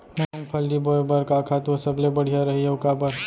मूंगफली बोए बर का खातू ह सबले बढ़िया रही, अऊ काबर?